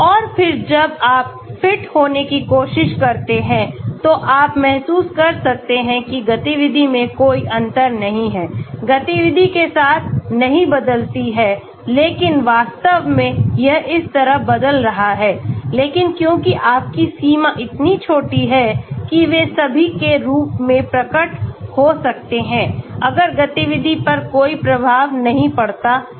और फिर जब आप फिट होने की कोशिश करते हैं तो आप महसूस कर सकते हैं कि गतिविधि में कोई अंतर नहीं है गतिविधि के साथ नहीं बदलती है लेकिन वास्तव में यह इस तरह बदल रहा है लेकिन क्योंकि आपकी सीमा इतनी छोटी है कि वे सभी के रूप में प्रकट हो सकते हैं अगर गतिविधि पर कोई प्रभाव नहीं पड़ता है